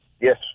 yes